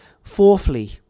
Fourthly